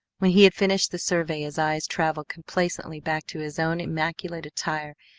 when he had finished the survey his eyes travelled complacently back to his own immaculate attire,